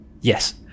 Yes